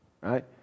Right